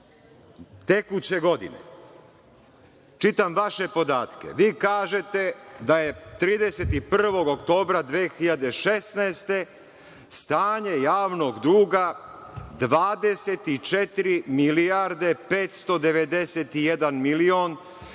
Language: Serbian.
tekuće godine. Čitam vaše podatke, vi kažete da je: „31. oktobra 2016. godine stanje javnog duga 24 milijarde 591 milion